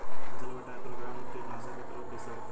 फसल पे trichogramma कीटनाशक के प्रयोग कइसे होखेला?